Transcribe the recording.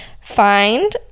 Find